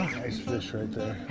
nice fish right